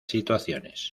situaciones